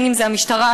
המשטרה,